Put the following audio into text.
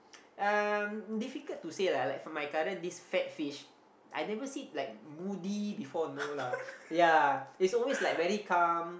um difficult to say lah like for my current this fat fish I never see like moody before no lah ya it's always like very calm